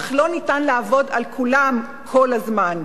אך לא ניתן לעבוד על כולם כל הזמן?